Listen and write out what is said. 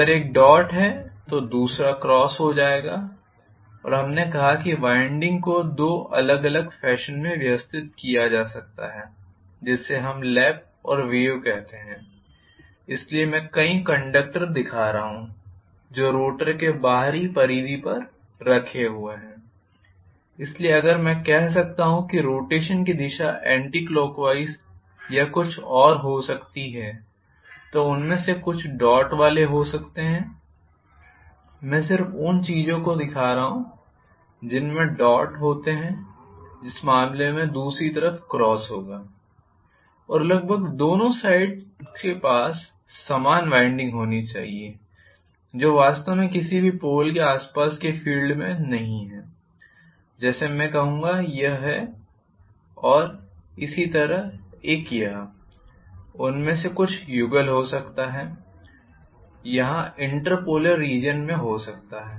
अगर एक डॉट है तो दूसरा क्रॉस हो जाएगा और हमने कहा कि वाइंडिंग को दो अलग अलग फैशन में व्यवस्थित किया जा सकता है जिसे हम लैप और वेव कहते हैं इसलिए मैं कई कंडक्टर दिखा रहा हूं जो रोटर के बाहरी परिधि पर रखे गए हैं इसलिए अगर मैं कह सकता हूं कि रोटेशन की दिशा एंटीलॉकवाइज या कुछ और हो सकती है तो उनमें से कुछ डॉट वाले हो सकते हैं मैं सिर्फ इन चीजों को दिखा रहा हूं जिसमें डॉट्स होते हैं जिस मामले में दूसरी तरफ क्रॉस होगा और लगभग दोनों साइड्स के पास समान वाइंडिंग होनी चाहिए जो वास्तव में किसी भी पोल के आसपास के फील्ड में नहीं हैं जैसे मैं कहूंगा यह है और इसी तरह एक यह उनमें से कुछ युगल हो सकता है यहां इंटर पोलर रीजन में हो सकता है